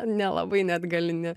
nelabai net gali ne